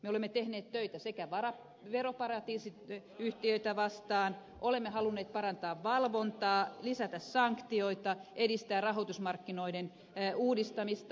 me olemme tehneet töitä veroparatiisiyhtiöitä vastaan olemme halunneet parantaa valvontaa lisätä sanktioita edistää rahoitusmarkkinoiden uudistamista